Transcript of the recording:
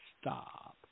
Stop